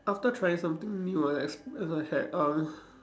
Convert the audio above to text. after trying something new I ex~ as I had uh